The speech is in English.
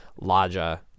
larger